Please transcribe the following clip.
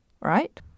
right